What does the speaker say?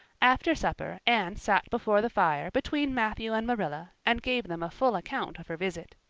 after supper anne sat before the fire between matthew and marilla, and gave them a full account of her visit.